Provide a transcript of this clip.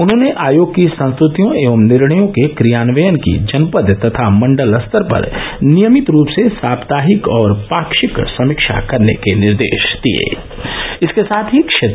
उन्होंने आयोग की संस्तृतियों एवं निर्णयों के क्रियान्वयन की जनपद तथा मण्डल स्तर पर नियंमित रूप से साप्ताहिक और पाक्षिक समीक्षा करने के निर्देश दिये